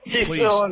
Please